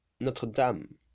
Notre-Dame